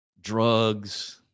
drugs